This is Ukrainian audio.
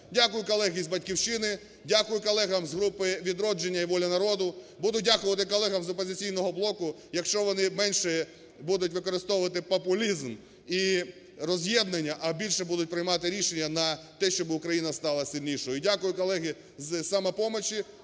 Дякую, колеги з "Батьківщини", дякую колегам з групи "Відродження" і "Воля народу", буду дякувати колегам з "Опозиційного блоку", якщо вони менше будуть використовувати популізм і роз'єднання, а більше будуть приймати рішення на те, щоб Україна стала сильнішою. Дякую, колеги з "Самопомочі",